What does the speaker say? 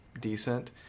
decent